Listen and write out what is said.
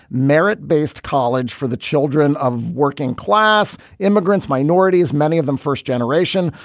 merit based college for the children of working class immigrants, minorities, many of them first generation.